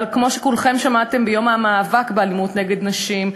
אבל כמו שכולכם שמעתם ביום המאבק באלימות נגד נשים,